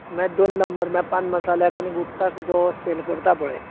दोन नंबर म्हणल्यार पान मसाल्या आनी गुटकाक तो सेल करता पळय